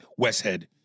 Westhead